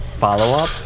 follow-up